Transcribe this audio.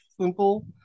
Simple